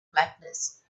blackness